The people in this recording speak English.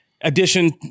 addition